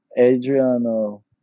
Adriano